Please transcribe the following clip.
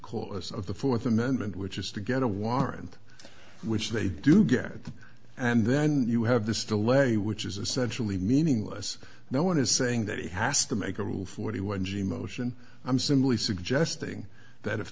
because of the th amendment which is to get a warrant which they do get and then you have this delay which is essentially meaningless no one is saying that he has to make a rule forty one g motion i'm simply suggesting that if